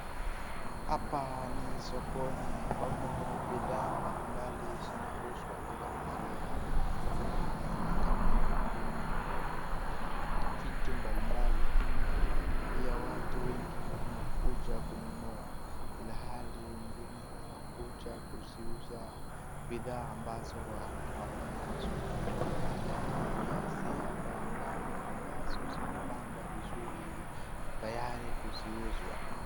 Hapa ni sokoni ambamo bidhaa mbali mbali zinauzwa katika mahali hapa. Inaonekana kuna vitu mbali mbali ama pia watu wengi wamekuja kununua ilhali wengine wanakuja kuziuza bidhaa ambazo wakonazo. Naona viazi hapa ambazo zimepangwa vizuri tayari kuziuzwa.